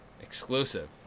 Exclusive